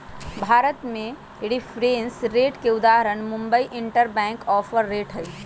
भारत में reference rate के उदाहरण मुंबई इंटरबैंक ऑफर रेट हइ